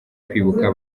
kwibuka